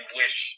wish